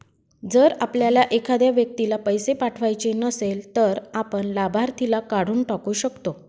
जर आपल्याला एखाद्या व्यक्तीला पैसे पाठवायचे नसेल, तर आपण लाभार्थीला काढून टाकू शकतो